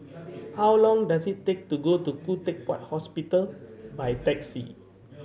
how long does it take to go to Khoo Teck Puat Hospital by taxi